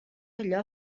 allò